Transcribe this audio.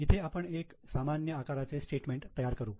इथे आपण एक सामान्य आकाराचे स्टेटमेंट तयार करू